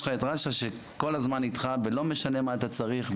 ויש את רש"א שכל הזמן איתך ולא משנה מה אתה צריך.